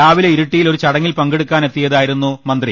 രാവിലെ ഇരിട്ടിയിൽ ഒരു ചട്ടങ്ങിൽ പങ്കെടുക്കാനെത്തി യതായിരുന്നു മന്ത്രി